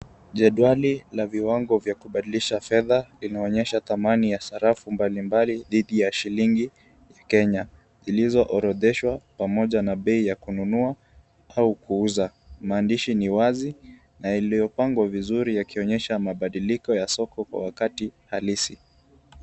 Jedwali la viwango vya kubadilisha fedha linaonyesha thamani ya sarafu mbali mbali dhidi ya shilingi ya Kenya ilizoorodheshwa pamoja na bei ya kununua au kuuza. Maandishi ni wazi na iliyopangwa vizuri yakionyesha mabadiliko ya soko kwa wakati halisi.